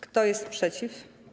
Kto jest przeciw?